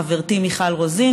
חברתי מיכל רוזין,